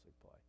play